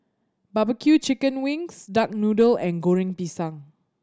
barbecue chicken wings duck noodle and Goreng Pisang